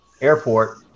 Airport